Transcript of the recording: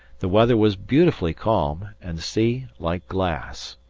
the weather was beautifully calm and the sea like glass.